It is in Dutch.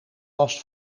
last